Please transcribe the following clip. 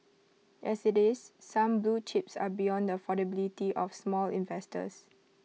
as IT is some blue chips are beyond the affordability of small investors